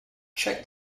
check